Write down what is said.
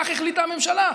כך החליטה הממשלה.